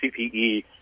CPE